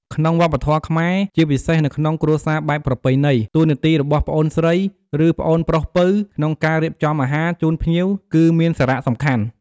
ក្នុងវប្បធម៌ខ្មែរ ជាពិសេសនៅក្នុងគ្រួសារបែបប្រពៃណី តួនាទីរបស់ប្អូនស្រី ឬប្អូនប្រុសពៅ ក្នុងការរៀបចំអាហារជូនភ្ញៀវ គឺមានសារៈសំខាន់។